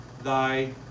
Thy